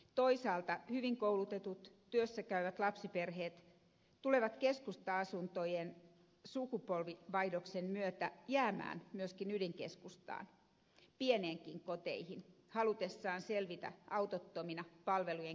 toisaalta hyvin koulutetut työssäkäyvät lapsiperheet tulevat keskusta asuntojen sukupolvenvaihdoksen myötä jäämään myöskin ydinkeskustaan pieniinkin koteihin halutessaan selvitä autottomina palvelujen keskellä